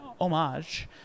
homage